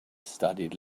studied